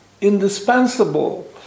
indispensable